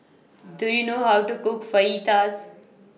Do YOU know How to Cook Fajitas